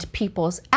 people's